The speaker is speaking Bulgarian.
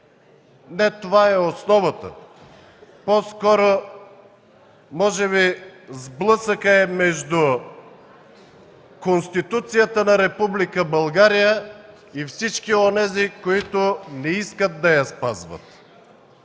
не това е основата. По-скоро, може би сблъсъкът е между Конституцията на Република България и всички онези, които не искат да я спазват.